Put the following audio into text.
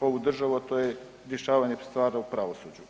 ovu državu, a to je rješavanje stvari u pravosuđu.